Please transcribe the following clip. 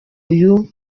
uyu